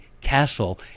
castle